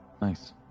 Nice